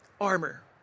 armor